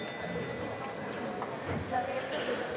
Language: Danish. Tak